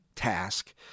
task